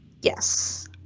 Yes